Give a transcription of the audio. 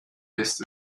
ist